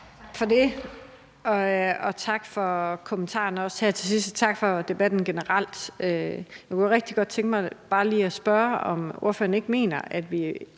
Tak for det, tak for kommentaren her til sidst også, og tak for debatten generelt. Jeg kunne rigtig godt tænke mig bare lige at spørge, om ordføreren ikke mener, at vi